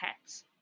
pets